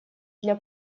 для